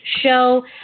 show